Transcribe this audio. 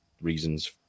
reasons